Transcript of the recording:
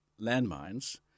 landmines